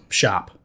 shop